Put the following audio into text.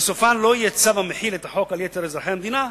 ובסופן לא יהיה צו המחיל את החוק על יתר אזרחי המדינה,